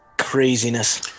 Craziness